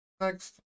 next